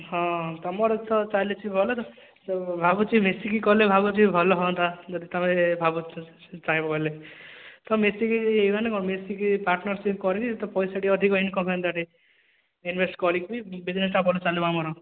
ହଁ ତମର ତ ଚାଲିଛି ଭଲ ଭାବୁଛି ମିଶିକି କଲେ ଭାବୁଛି ଭଲ ହୁଅନ୍ତା ଯଦି ତମେ ଭାବୁଛ ଚାହିଁବ ହେଲେ ତ ମିଶିକି ମାନେ କଣ ମିଶିକି ପାର୍ଟନରସିପ କରିକି ତ ପଇସା ଟିକେ ଅଧିକ ଇନକମ ହୁଅନ୍ତା ଟିକେ ଇନଭେଷ୍ଟ କରିକି ବିଜ୍ନେସଟା ବଢ଼ିଚାଲିବ ଆମର